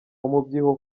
umubyibuho